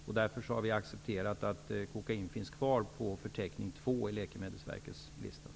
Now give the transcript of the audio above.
Vi har därför accepterat att kokain finns kvar på förteckning II i Läkemedelsverkets listor.